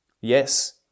Yes